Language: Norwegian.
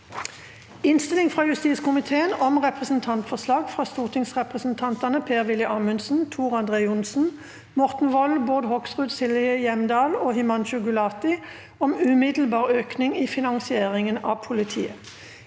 Innstilling fra justiskomiteen om Representantfor- slag fra stortingsrepresentantene Per-Willy Amundsen, Tor André Johnsen, Morten Wold, Bård Hoksrud, Silje Hjemdal og Himanshu Gulati om umiddelbar økning i finansieringen av politiet